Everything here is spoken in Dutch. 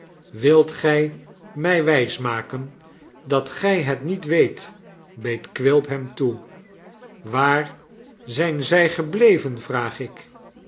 wilt gij mij wijsmaken dat gij het niet weet beet quilp hem toe waar zijn zij gebleven vraag ik